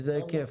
איזה היקף?